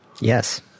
Yes